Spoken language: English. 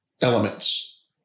elements